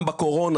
שגם בקורונה,